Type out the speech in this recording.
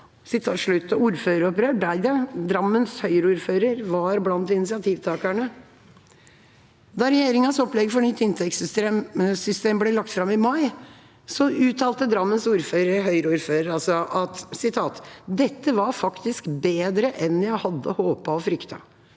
Ordføreropprør ble det. Drammens Høyre-ordfører var blant initiativtakerne. Da regjeringas opplegg for nytt inntektssystem ble lagt fram i mai, uttalte Drammens Høyre-ordfører: «Dette var faktisk bedre enn jeg hadde håpet og fryktet.»